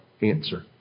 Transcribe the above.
answer